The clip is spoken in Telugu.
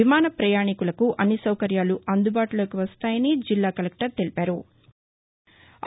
విమాన ప్రయాణికులకు అన్ని సౌకర్యాలు అందుబాటులోకి వస్తాయని జిల్లా కలెక్టర్ తెలిపారు